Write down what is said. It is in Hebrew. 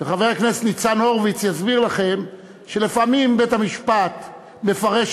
וחבר הכנסת ניצן הורוביץ יסביר לכם שלפעמים בית-המשפט מפרש